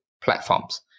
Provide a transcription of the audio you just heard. platforms